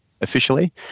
officially